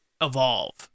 evolve